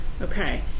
Okay